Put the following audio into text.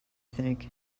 think